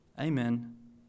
Amen